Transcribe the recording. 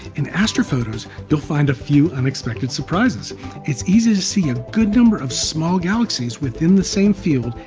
in astrophotos, you'll find a few unexpected surprises it's easy to see a good number of small galaxies within the same field.